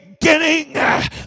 beginning